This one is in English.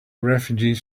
refugees